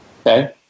Okay